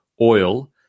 oil